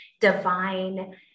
divine